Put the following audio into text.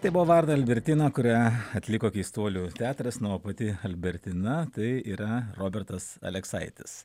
tai buvo varna albertina kurią atliko keistuolių teatras na o pati albertina tai yra robertas aleksaitis